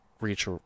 Reach